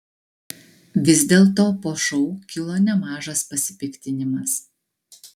vis dėlto po šou kilo nemažas pasipiktinimas